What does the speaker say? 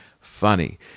funny